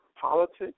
politics